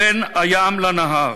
בין הים לנהר.